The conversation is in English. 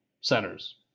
centers